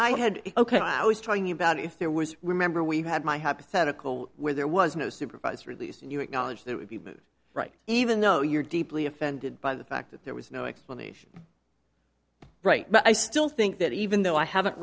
i had ok i was trying about if there was remember we had my hypothetical where there was no supervised release and you acknowledge that would be moot right even though you're deeply offended by the fact that there was no explanation right but i still think that even though i haven't